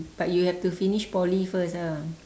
but you have to finish poly first ah